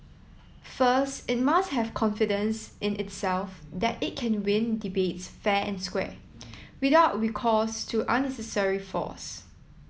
first it must have confidence in itself that it can win debates fair and square without recourse to unnecessary force